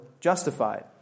justified